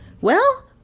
Well